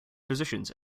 positions